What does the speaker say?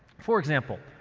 for example,